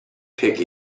pick